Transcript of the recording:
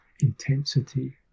intensity